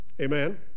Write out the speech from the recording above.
Amen